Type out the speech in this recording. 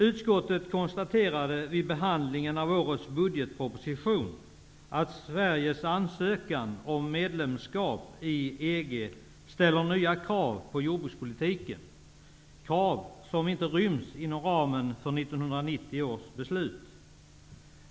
Utskottet konstaterade vid behandlingen av årets budgetproposition att Sveriges ansökan om medlemskap i EG ställer nya krav på jordbrukspolitiken -- krav som inte ryms inom ramen för 1990 års beslut.